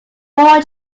four